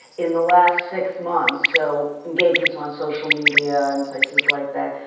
in the last six months. so engagements on social media and places like that,